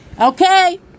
Okay